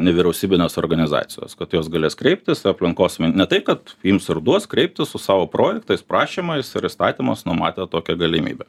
nevyriausybinės organizacijos kad jos galės kreiptis į aplinkos ne taip kad ims ir duos kreiptis su savo projektais prašymais ir įstatymas numatė tokią galimybę